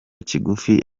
kigufi